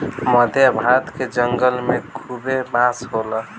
मध्य भारत के जंगल में खूबे बांस होला